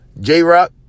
J-Rock